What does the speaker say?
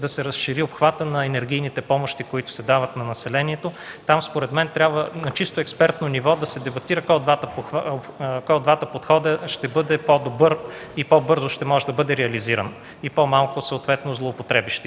да се разшири обхватът на енергийните помощи, които се дават на населението. Според мен трябва на чисто експертно ниво да се дебатира кой от двата подхода ще бъде по-добър и по-бързо ще може да бъде реализиран, и по-малко злоупотреби